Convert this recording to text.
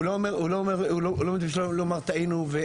הוא לא מתבייש לומר טעינו.